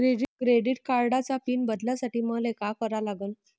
Credit कार्डाचा PIN बदलासाठी मले का करा लागन?